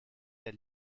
der